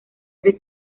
tres